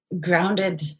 grounded